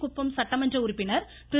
குப்பம் சட்டமன்ற உறுப்பினர் திரு